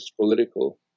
political